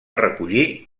recollir